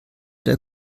der